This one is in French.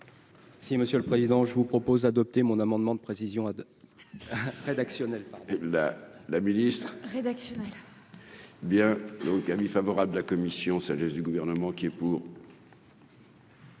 Si Monsieur le Président, je vous propose adopter mon amendement de précision à. Rédactionnelle la la ministre rédaction. Bien, donc favorable de la commission, ça laisse du gouvernement qui est pour.